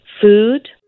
food